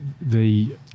the-